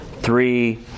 three